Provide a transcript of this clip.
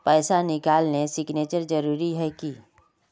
पैसा निकालने सिग्नेचर जरुरी है की?